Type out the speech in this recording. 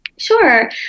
Sure